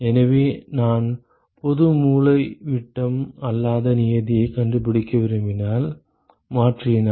எனவே நான் பொது மூலைவிட்டம் அல்லாத நியதியைக் கண்டுபிடிக்க விரும்பினால் மாற்றினால்